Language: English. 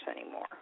anymore